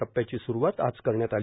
टप्प्याची स्रुवात आज करण्यात आली